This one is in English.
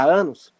anos